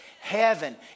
Heaven